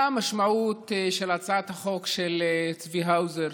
מה המשמעות של הצעת החוק של צבי האוזר,